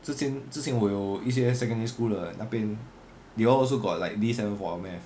之前之前我有一些 secondary school 的那边 they also got like D seven for their math